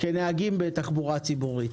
כנהגים בתחבורה ציבורית.